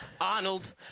Arnold